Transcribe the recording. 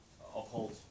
uphold